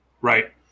Right